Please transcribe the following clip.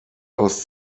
aus